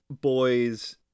boys